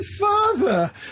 father